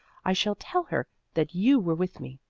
i shall tell her that you were with me.